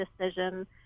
decision